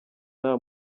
nta